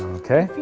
ok